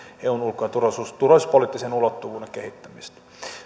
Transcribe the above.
eun ulko ja turvallisuuspoliittisen ulottuvuuden kehittämistä